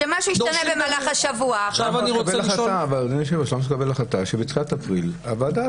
אפשר לקבל החלטה שבתחילת אפריל הוועדה